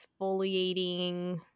exfoliating